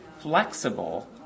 flexible